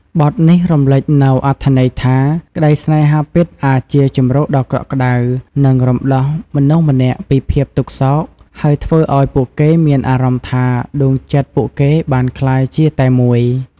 បទនេះរំលេចនូវអត្ថន័យថា ក្តីស្នេហាពិតអាចជាជម្រកដ៏កក់ក្តៅ និងរំដោះមនុស្សម្នាក់ពីភាពទុក្ខសោក ហើយធ្វើឲ្យពួកគេមានអារម្មណ៍ថាដួងចិត្តពួកគេបានក្លាយជាតែមួយ។